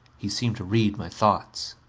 he seemed to read my thoughts.